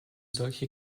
solche